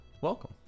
welcome